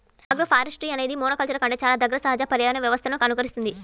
agroforestry అనేది మోనోకల్చర్ల కంటే చాలా దగ్గరగా సహజ పర్యావరణ వ్యవస్థలను అనుకరిస్తుంది